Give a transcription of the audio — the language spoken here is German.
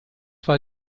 war